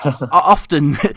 often